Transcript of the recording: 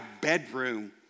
bedroom